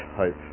hope